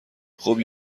خوب